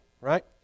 right